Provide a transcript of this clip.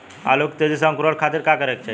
आलू के तेजी से अंकूरण खातीर का करे के चाही?